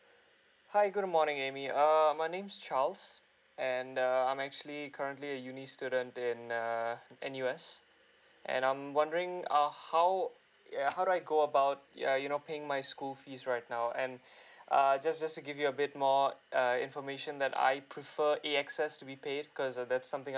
hi good morning amy err my nam is charles and uh I'm actually currently a uni student in err N_U_S and I'm wondering uh how yeah how do I go about ya you know paying my school fees right now and uh just just to give you a bit more uh information that I prefer A S X to be paid cause uh that's something